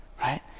right